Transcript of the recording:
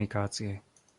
komunikácie